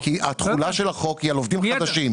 כי התחולה של החוק היא על עובדים חדשים.